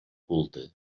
culte